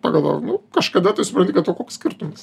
pagalvojau nu kažkada tai supranti kad o koks skirtumas